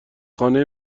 خانه